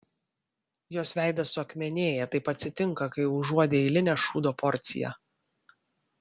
jos veidas suakmenėja taip atsitinka kai užuodi eilinę šūdo porciją